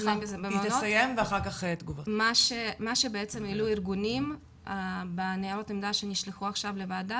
מה שבעצם העלו ארגונים בניירות עמדה שנשלחו עכשיו לוועדה,